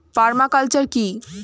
Parma culture কি?